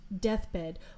deathbed